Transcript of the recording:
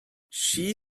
she